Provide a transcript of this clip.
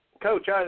coach